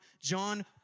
John